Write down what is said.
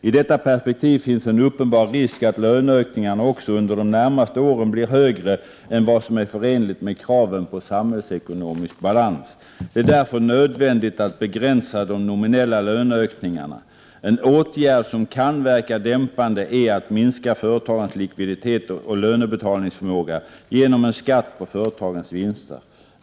I detta perspektiv finns en uppenbar risk att löneökningarna också under de närmaste åren blir högre än vad som är förenligt med kraven på samhällsekonomisk balans. Det är därför nödvändigt att begränsa de nominella löneökningarna. En åtgärd som kan verka dämpande är att minska företagens likviditet och lönebetalningsförmåga genom en skatt på företagens vinster.